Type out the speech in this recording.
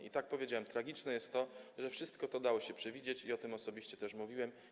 I tak jak powiedziałem, tragiczne jest to, że wszystko to dało się przewidzieć, i o tym osobiście też mówiłem.